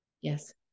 Yes